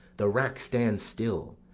the rack stand still,